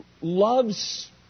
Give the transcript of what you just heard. loves